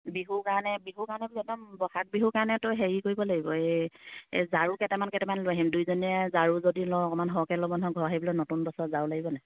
বিহুৰ কাৰণে বিহুৰ কাৰণেতো একদম বহাগ বিহুৰ কাৰণে তোৰ হেৰি কৰিব লাগিব এই জাৰু কেইটামান কেইটামান লৈ আহিম দুইজনীয়ে জাৰু যদি লওঁ অকমান সৰহকে ল'ব নহয় ঘৰ সাৰিবলৈ নতুন বছৰত জাৰু লাগিব নাই